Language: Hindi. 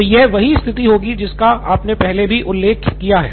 तो यह वही स्थिति होगी जिसका आपने पहले भी उल्लेख किया है